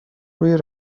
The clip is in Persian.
روی